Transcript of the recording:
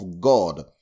God